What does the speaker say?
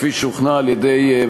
קיבלה פטור מחובת הנחה.